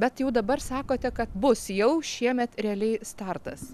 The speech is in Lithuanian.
bet jau dabar sakote kad bus jau šiemet realiai startas